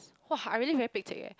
!wah! I really very Pek-Chek leh